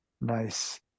nice